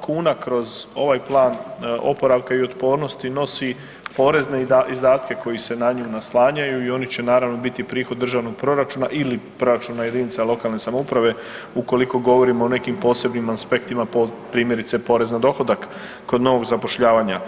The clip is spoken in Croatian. kuna kroz ovaj Plan oporavka i otpornosti nosi porezne izdatke koji se na nju naslanjaju i oni će, naravno biti prihod državnog proračuna ili proračuna jedinice lokalne samouprave ukoliko govorimo o nekim posebnih aspektima, po, primjerice, porez na dohodak kod novog zapošljavanja.